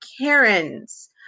Karens